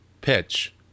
Pitch